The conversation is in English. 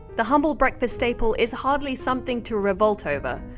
the humble breakfast staple is hardly something to revolt over,